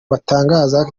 batangaza